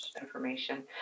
information